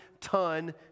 ton